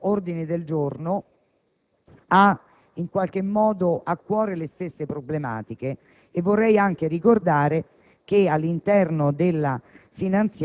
Il secondo ordine del giorno ha a cuore le stesse problematiche. Vorrei anche ricordare che